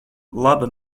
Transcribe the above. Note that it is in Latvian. laba